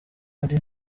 ari